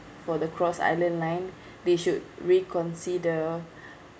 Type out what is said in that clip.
for the cross island line they should reconsider